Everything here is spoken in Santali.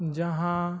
ᱡᱟᱦᱟᱸ